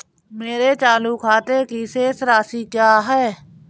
मेरे चालू खाते की शेष राशि क्या है?